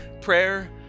Prayer